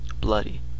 bloody